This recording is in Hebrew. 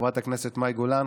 חברת הכנסת מאי גולן,